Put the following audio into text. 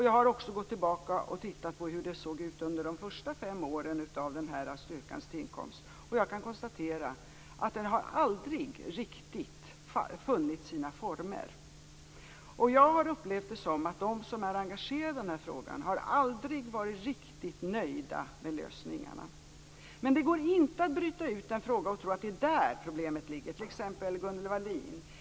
Jag har också gått tillbaka och tittat hur det såg ut under de första fem åren av styrkans existens. Jag kan konstatera att den aldrig riktigt funnit sina former. Jag har upplevt det som att de som är engagerade i den här frågan aldrig har varit riktigt nöjda med lösningarna. Det går inte att bryta ut en fråga och tro att det är där problemet ligger, som t.ex. Gunnel Wallin.